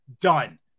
done